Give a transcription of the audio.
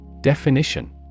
Definition